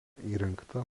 įrengta